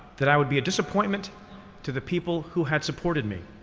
that i would be a disappointment to the people who had supported me.